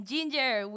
Ginger